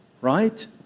right